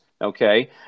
okay